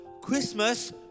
Christmas